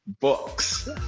books